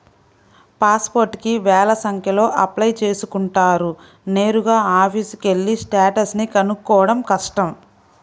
pass పోర్టుకి వేల సంఖ్యలో అప్లై చేసుకుంటారు నేరుగా ఆఫీసుకెళ్ళి స్టేటస్ ని కనుక్కోడం కష్టం